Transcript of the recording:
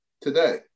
today